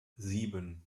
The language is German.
sieben